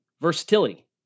Versatility